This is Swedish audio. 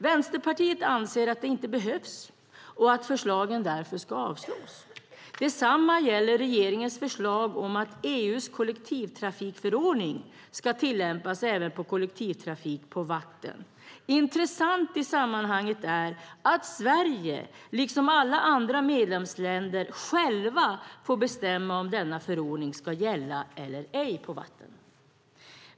Vänsterpartiet anser att det inte behövs och att förslagen därför ska avslås. Detsamma gäller regeringens förslag om att EU:s kollektivtrafikförordning ska tillämpas även på kollektivtrafik på vatten. Intressant i sammanhanget är att Sverige liksom alla andra medlemsländer själva får bestämma om denna förordning ska gälla eller ej på vatten.